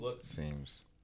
Seems